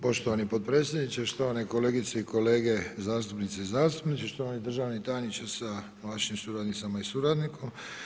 Poštovani potpredsjedniče, štovane kolegice i kolege zastupnice i zastupnici, štovani državni tajniče sa vašim suradnicama i suradnikom.